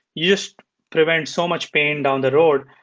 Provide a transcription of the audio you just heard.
you just prevent so much pain down the road.